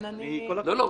בסדר, לכן אני --- כל הכבוד.